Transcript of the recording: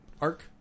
arc